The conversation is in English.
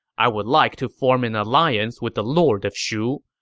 i would like to form an alliance with the lord of shu.